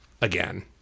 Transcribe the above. again